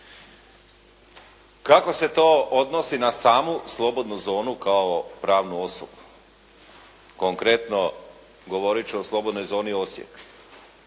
Kako se to odnosi na samu slobodnu zonu kao pravnu osobu? Konkretno govorit ću o slobodnoj zoni Osijek.